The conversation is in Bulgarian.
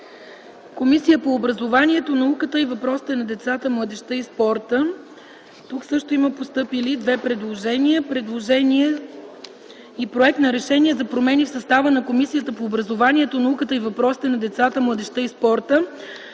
Комисията по образованието, науката и въпросите на децата, младежта и спорта. Има постъпили две предложения. Предложение и Проект на решение: „РЕШЕНИЕ за промени в състава на Комисията по образованието, науката и въпросите на децата, младежта и спорта